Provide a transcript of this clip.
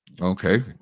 Okay